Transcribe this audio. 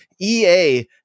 EA